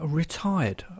retired